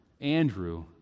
Andrew